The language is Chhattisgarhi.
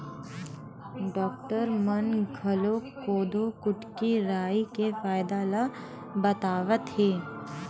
डॉक्टर मन घलोक कोदो, कुटकी, राई के फायदा ल बतावत हे